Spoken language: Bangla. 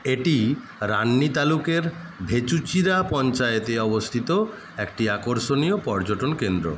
এটি রান্নি তালুকের ভেচুচিরা পঞ্চায়েতে অবস্থিত একটি আকর্ষণীয় পর্যটনকেন্দ্র